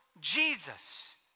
Jesus